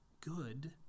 good